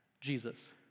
Jesus